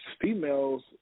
females